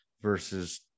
versus